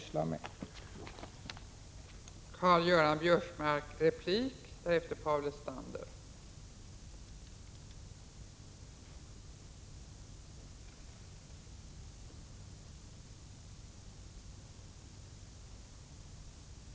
Jag yrkar bifall till utskottets hemställan i de avsnitt jag här berört.